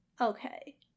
Okay